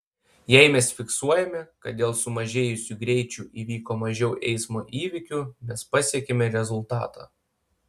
jei mes fiksuojame kad dėl sumažėjusių greičių įvyko mažiau eismo įvykių mes pasiekiame rezultatą